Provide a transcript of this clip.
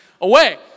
away